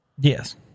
Yes